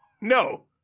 No